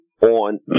on